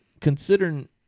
considering